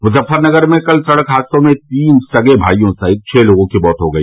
मुजफ्फरनगर में कल सड़क हादसों में तीन सगे भाईयों सहित छह लोगों की मौत हो गई